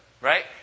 right